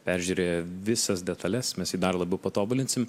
peržiūrėję visas detales mes jį dar labiau patobulinsim